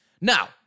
Now